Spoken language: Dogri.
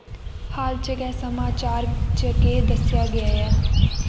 हाल च गै समाचार च केह् दस्सेआ गेआ ऐ